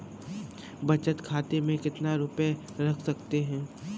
बचत खाते में कितना रुपया रख सकते हैं?